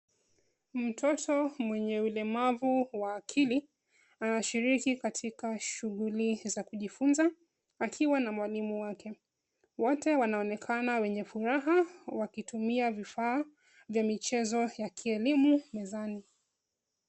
Mtoto mwenye ulemavu wa akili anashiriki katika shughuli za kujifunza akiwa na mwalimu wake. Wote wanaonekana wenye furaha wakitumia vifaa vya michezo ya kielimu mezani.